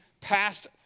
passed